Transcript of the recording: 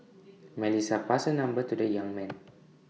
Melissa passed her number to the young man